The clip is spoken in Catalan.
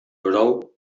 brou